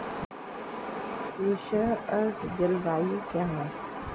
उष्ण आर्द्र जलवायु क्या है?